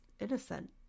innocent